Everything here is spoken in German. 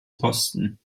posten